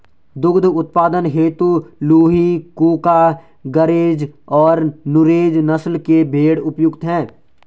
दुग्ध उत्पादन हेतु लूही, कूका, गरेज और नुरेज नस्ल के भेंड़ उपयुक्त है